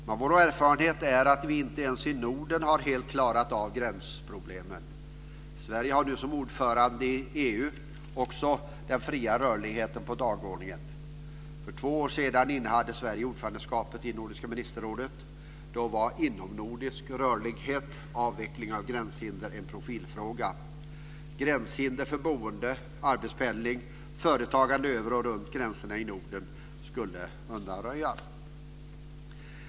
Men vår erfarenhet är att vi inte ens i Norden har helt klarat av gränsproblemen. Sverige har nu som ordförande i EU också den fria rörligheten på dagordningen. För två år sedan innehade Sverige ordförandeskapet i Nordiska ministerrådet. Då var inomnordisk rörlighet, avveckling av gränshinder en profilfråga. Gränshinder för boende, arbetspendling och företagande över och runt gränserna i Norden skulle undanröjas.